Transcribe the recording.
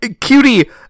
Cutie